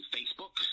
Facebook